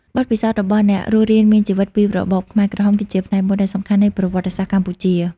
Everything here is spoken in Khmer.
បទពិសោធន៍របស់អ្នករស់រានមានជីវិតពីរបបខ្មែរក្រហម គឺជាផ្នែកមួយដ៏សំខាន់នៃប្រវត្តិសាស្ត្រកម្ពុជា។